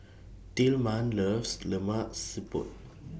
Tillman loves Lemak Siput